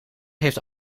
heeft